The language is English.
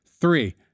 Three